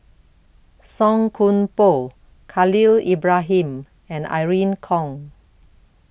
Song Koon Poh Khalil Ibrahim and Irene Khong